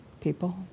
people